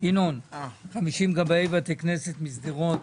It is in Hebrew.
ינון 50 גבאי בתי כנסת משדרות